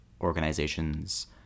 organizations